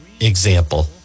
example